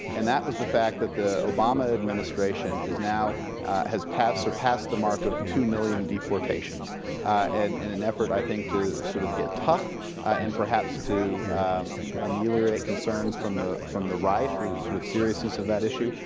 and that was the fact that the obama administration is now has passed surpassed the mark of two million deportations, in and and an effort, i think, to sort of get tough and perhaps to ameliorate concerns from the from the right, the sort of seriousness of that issue.